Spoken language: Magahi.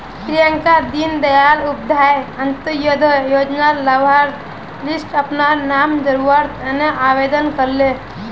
प्रियंका दीन दयाल उपाध्याय अंत्योदय योजनार लाभार्थिर लिस्टट अपनार नाम जोरावर तने आवेदन करले